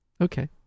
Okay